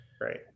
Right